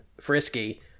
frisky